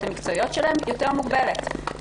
המקצועיות שלהן מוגבלת יותר היום.